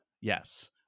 Yes